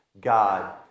God